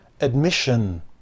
admission